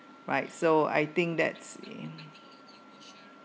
right so I think that's me